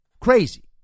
crazy